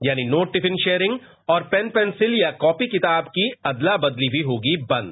यानी कि no tiffin रोयरिंग और पेन पेंसिल या कॉपी किताब की अदला बदली भी होगी बंद